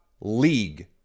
league